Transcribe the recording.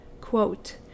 Quote